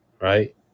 right